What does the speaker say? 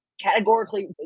categorically